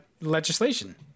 legislation